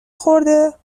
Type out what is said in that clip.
خورده